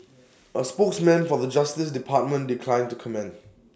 A spokesman for the justice department declined to comment